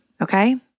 okay